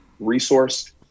resourced